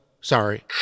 sorry